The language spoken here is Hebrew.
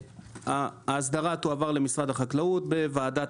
ההסדרה תועבר למשרד החקלאות בוועדת